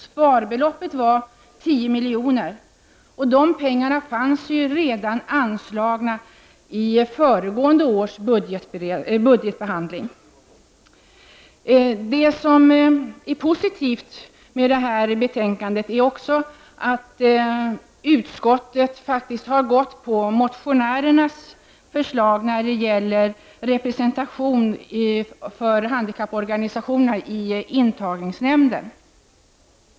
Sparbeloppet var 10 milj.kr., och dessa pengar fanns ju redan anslagna i föregående års budgetbehandling. Det som är positivt med betänkandet är att utskottet faktiskt har gått på motionärernas förslag om representation för handikapporganisationerna i intagningsnämnden.